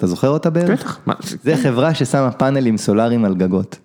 אתה זוכר אותה באמת? - בטח. זו החברה ששמה פאנלים סולרים על גגות.